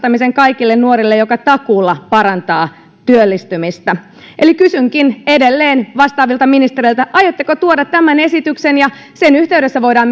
varmistamisen kaikille nuorille mikä takuulla parantaa työllistymistä kysynkin edelleen vastaavilta ministereiltä aiotteko tuoda tämän esityksen sen yhteydessä voidaan